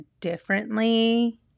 differently